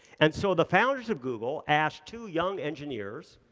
and so the founders of google asked two young engineers,